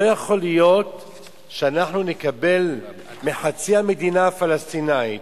לא יכול להיות שאנחנו נקבל חצי מדינה פלסטינית